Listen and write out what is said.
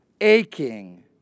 aching